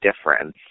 difference